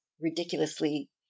ridiculously